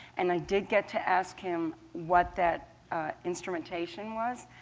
and i did get to ask him what that instrumentation was.